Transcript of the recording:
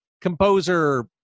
composer